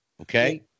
Okay